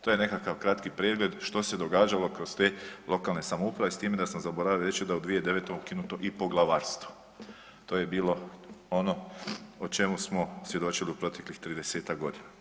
To je nekakav kratki pregled što se događalo kroz te lokalne samouprave s time da sam zaboravio reći da je u 2009. ukinuto i poglavarstvo, to je bilo ono o čemu smo svjedočili u proteklih 30-ak godina.